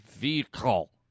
vehicle